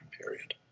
period